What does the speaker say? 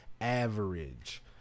average